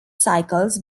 cycles